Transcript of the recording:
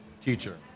teacher